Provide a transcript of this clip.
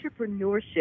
Entrepreneurship